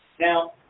Now